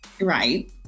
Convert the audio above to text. Right